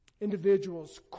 individuals